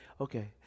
okay